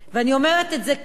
ואני אומרת את זה כאן,